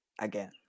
again